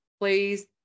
Please